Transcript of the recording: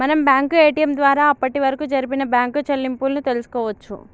మనం bank ATM ద్వారా అప్పటివరకు జరిపిన బ్యేంకు చెల్లింపులను తెల్సుకోవచ్చు